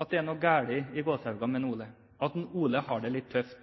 at det er noe «galt» med Ole – at Ole har det litt tøft,